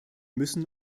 müssen